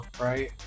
right